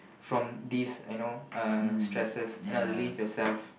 from these you know uh stresses and not leave yourself